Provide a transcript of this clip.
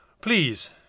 Please